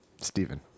Stephen